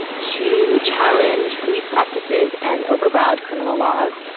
to challenge police practices and overbroad criminal laws.